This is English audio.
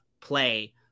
play